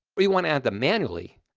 or you want to add them manually,